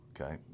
Okay